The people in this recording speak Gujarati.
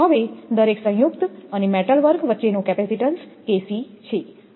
હવે દરેક સંયુક્ત અને મેટલ વર્ક વચ્ચેનો કેપેસિટીન્સ KC છે